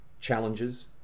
challenges